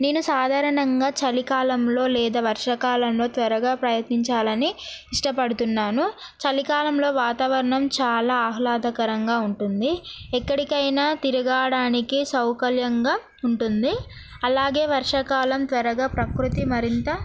నేను సాధారణంగా చలికాలంలో లేదా వర్షాకాలంలో త్వరగా ప్రయత్నించాలని ఇష్టపడుతున్నాను చలికాలంలో వాతావరణం చాలా ఆహ్లాదకరంగా ఉంటుంది ఎక్కడికైనా తిరగడానికి సౌకర్యంగా ఉంటుంది అలాగే వర్షాకాలం త్వరగా ప్రకృతి మరింత